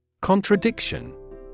Contradiction